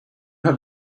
have